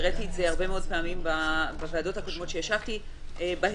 והראיתי את זה הרבה מאוד פעמים בוועדות הקודמות שישבתי בהן,